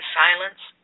silence